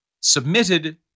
submitted